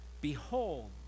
Behold